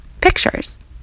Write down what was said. pictures